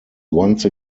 once